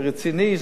זה רציני,